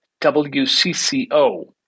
WCCO